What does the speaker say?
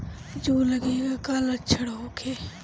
जूं लगे के का लक्षण का होखे?